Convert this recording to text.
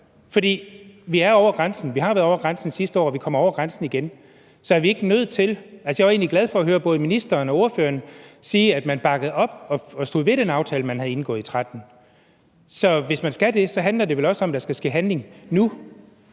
For vi er over grænsen, vi har været over grænsen sidste år, og vi kommer over grænsen igen. Jeg var egentlig glad for at høre både ministeren og ordføreren sige, at man bakker op og står ved den aftale, man har indgået i 2013. Så hvis man skal det, handler det vel også om, at der skal ske handling nu.